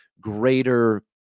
greater